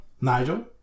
Nigel